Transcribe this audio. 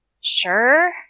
Sure